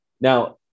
Now